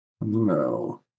no